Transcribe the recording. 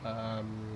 um